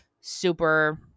super